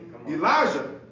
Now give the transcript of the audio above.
Elijah